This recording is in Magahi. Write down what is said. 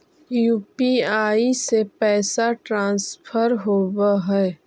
यु.पी.आई से पैसा ट्रांसफर होवहै?